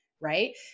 Right